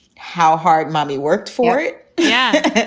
how hard mommy worked for it. yeah.